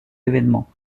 événements